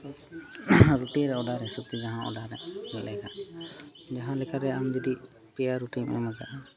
order ᱦᱤᱥᱟᱹᱵᱽᱛᱮ ᱡᱟᱦᱟᱸ ᱚᱰᱟᱨ ᱢᱮᱱᱮᱫ ᱠᱷᱟᱱ ᱡᱟᱦᱟᱸ ᱞᱮᱠᱟ ᱨᱮ ᱟᱢ ᱡᱩᱫᱤ ᱯᱮᱭᱟ ᱨᱩᱴᱤᱢ ᱮᱢ ᱠᱟᱜᱼᱟ